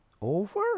over